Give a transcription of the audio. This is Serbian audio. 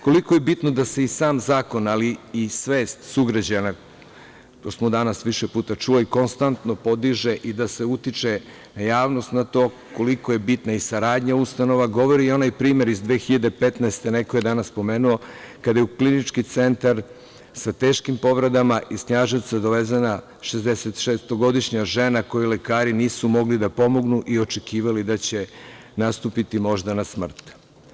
Koliko je bitno da se i sam zakon, ali i svest sugrađana, to smo danas više puta čuli, konstanto podiže i da se utiče na javnost na to koliko je bitna i saradnja ustanova govori i onaj primer iz 2015. godine, neko je danas pomenuo, kada je u klinički centar sa teškim povredama iz Knjaževca dovezena šezdesetšestogodišnja žena kojoj lekari nisu mogli da pomognu i očekivali da će nastupiti moždana smrt.